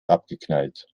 abgeknallt